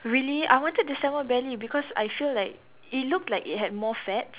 really I wanted the salmon belly because I feel like it looked like it had more fats